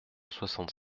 soixante